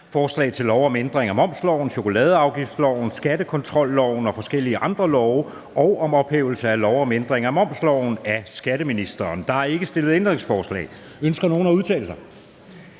Forslag til lov om ændring af momsloven, chokoladeafgiftsloven, skattekontrolloven og forskellige andre love og om ophævelse af lov om ændring af momsloven. (Indberetning af betalingsoplysninger til